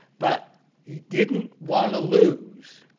but he didn't want to lose.